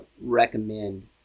recommend